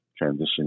Transition